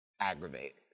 aggravate